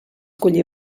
collir